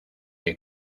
que